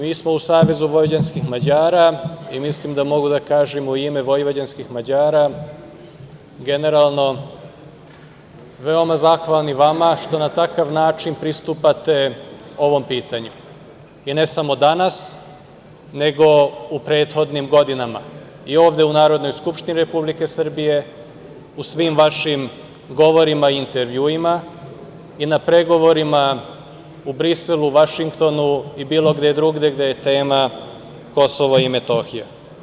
Mi smo u SVM, i mislim da mogu da kažem u ime vojvođanskih Mađara, generalno veoma zahvalni vama što na takav način pristupate ovom pitanju i ne samo danas, nego u prethodnim godinama i ovde u Narodnoj skupštini Republike Srbije u svim vašim govorima i intervjuima i na pregovorima u Briselu, Vašingtonu i bilo gde drugde gde je tema Kosovo i Metohija.